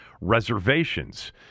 reservations